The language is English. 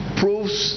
proves